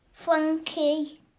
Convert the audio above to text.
Frankie